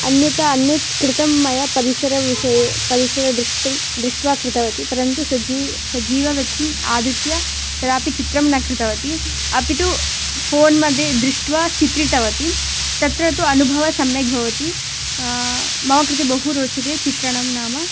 अन्यथा अन्यत् कृतं मया परिसरविषये परिसरं द्रष्टुं दृष्ट्वा कृतवती परन्तु सजीवं सजीवव्यक्तिम् आधृत्य कदापि चित्रं न कृतवती अपि तु फ़ोन् मध्ये दृष्ट्वा चित्रितवती तत्र तु अनुभवः सम्यक् भवति मम कृते बहु रोचते चित्रणं नाम